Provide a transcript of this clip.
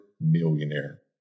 millionaire